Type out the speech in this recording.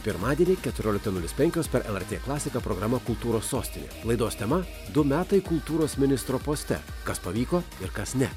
pirmadienį keturioliktą nulis penkios per lrt klasiką programa kultūros sostinė laidos tema du metai kultūros ministro poste kas pavyko ir kas ne